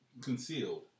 concealed